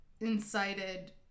incited